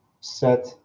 set